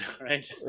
right